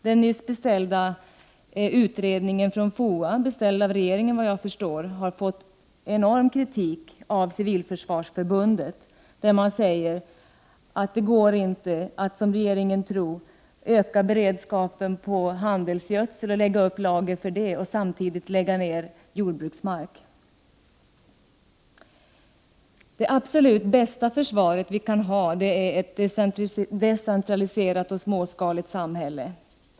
Den nyss — såvitt jag förstår av regeringen — beställda utredningen från FOA har fått enorm kritik från Civilförsvarsförbundet, som säger att det inte går att, som regeringen tror, öka beredskapen vad gäller handelsgödsel genom att lägga upp lager men samtidigt lägga ned jordbruksmark. Det absolut bästa försvar vi kan ha är ett decentraliserat och småskaligt samhälle.